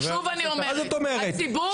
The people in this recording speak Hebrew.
שוב אני אומרת, הציבור --- חבר הכנסת האוזר.